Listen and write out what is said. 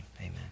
amen